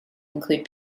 include